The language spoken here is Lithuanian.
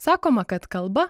sakoma kad kalba